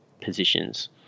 positions